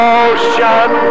ocean